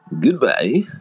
Goodbye